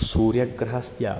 सूर्यग्रहस्य